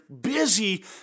busy